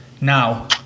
now